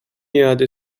iade